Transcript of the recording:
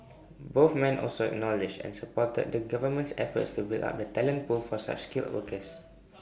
both men also acknowledged and supported the government's efforts to build up the talent pool for such skilled workers